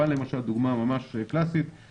לגבי חוסר בנוירולוגים לילדים,